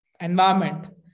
environment